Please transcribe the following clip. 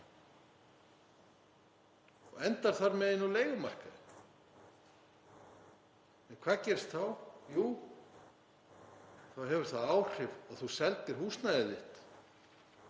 og endar þar með á leigumarkaði. Hvað gerist þá? Jú, þá hefur það áhrif að þú seldir húsnæðið þitt.